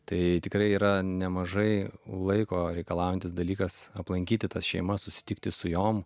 tai tikrai yra nemažai laiko reikalaujantis dalykas aplankyti tas šeimas susitikti su joms